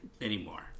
Anymore